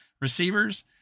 receivers